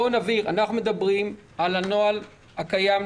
אנחנו מדברים על הנוהל הקיים,